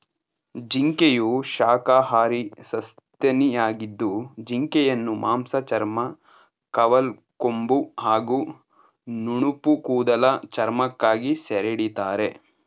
ಜಿಂಕೆಯು ಶಾಖಾಹಾರಿ ಸಸ್ತನಿಯಾಗಿದ್ದು ಜಿಂಕೆಯನ್ನು ಮಾಂಸ ಚರ್ಮ ಕವಲ್ಕೊಂಬು ಹಾಗೂ ನುಣುಪುಕೂದಲ ಚರ್ಮಕ್ಕಾಗಿ ಸೆರೆಹಿಡಿತಾರೆ